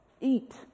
eat